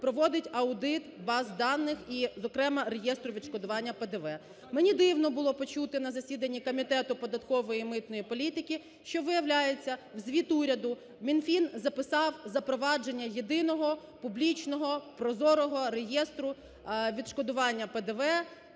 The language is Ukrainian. проводить аудит баз даних і, зокрема, реєстр відшкодування ПДВ, Мені дивно було почути на засіданні Комітету податкової і митної політики, що виявляється у звіт уряду Мінфін записав запровадження Єдиного публічного, прозорого реєстру відшкодування ПДВ